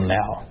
now